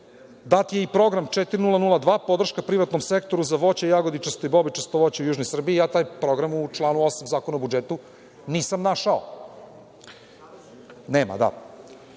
dat je i Program 4002 „Podrška privatnom sektoru za jagodičasto i bobičasto voće u južnoj Srbiji“ i ja taj program u članu 8. Zakona o budžetu nisam našao. Sa